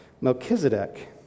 Melchizedek